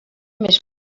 més